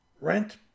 Rent